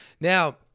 Now